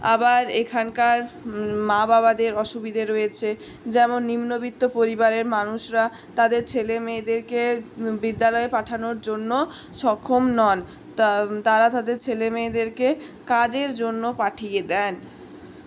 আবার এখানকার মা বাবাদের অসুবিধে রয়েছে যেমন নিম্নবিত্ত পরিবারের মানুষরা তাদের ছেলেমেয়েদেরকে বিদ্যালয়ে পাঠানোর জন্য সক্ষম নন তা তারা তাদের ছেলেমেয়েদেরকে কাজের জন্য পাঠিয়ে দেন